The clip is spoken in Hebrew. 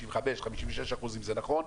55%, 56% - זה נכון,